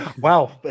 Wow